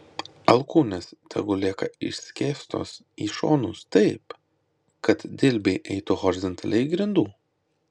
alkūnės tegul lieka išskėstos į šonus taip kad dilbiai eitų horizontaliai grindų